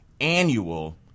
annual